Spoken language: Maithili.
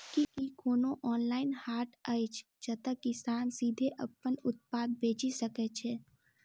की कोनो ऑनलाइन हाट अछि जतह किसान सीधे अप्पन उत्पाद बेचि सके छै?